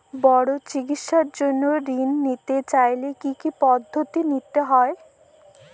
বড় চিকিৎসার জন্য ঋণ নিতে চাইলে কী কী পদ্ধতি নিতে হয়?